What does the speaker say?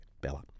Bella